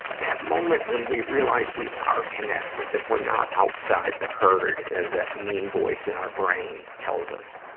that moment when we realize we are connected, that we're not outside the herd, as that mean voice in our brain tells us.